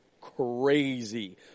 crazy